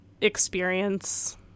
experience